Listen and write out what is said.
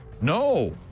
No